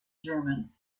german